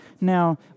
Now